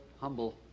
humble